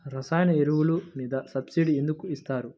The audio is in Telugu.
రసాయన ఎరువులు మీద సబ్సిడీ ఎందుకు ఇస్తారు?